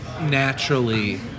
naturally